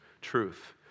truth